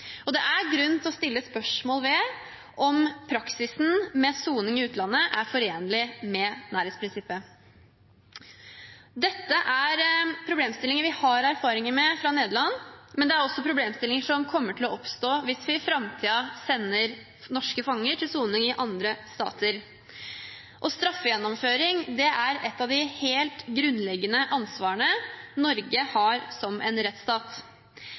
og det er grunn til å stille spørsmål ved om praksisen med soning i utlandet er forenlig med nærhetsprinsippet. Dette er problemstillinger vi har erfaringer med fra Nederland, men det er også problemstillinger som kommer til å oppstå hvis vi i framtida sender norske fanger til soning i andre stater. Straffegjennomføring er et av de helt grunnleggende ansvarene Norge har som en rettsstat.